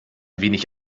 wenig